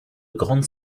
grandes